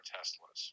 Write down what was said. Teslas